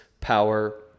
power